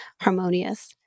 harmonious